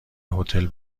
هتل